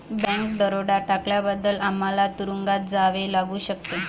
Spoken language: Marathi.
बँक दरोडा टाकल्याबद्दल आम्हाला तुरूंगात जावे लागू शकते